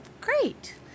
great